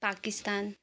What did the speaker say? Pakistan